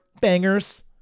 bangers